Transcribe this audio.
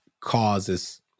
causes